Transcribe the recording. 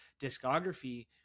discography